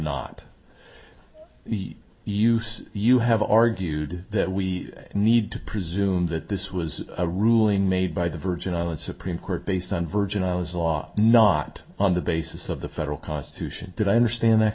use you have argued that we need to presume that this was a ruling made by the virgin islands supreme court based on virgin i was a law not on the basis of the federal constitution but i understand that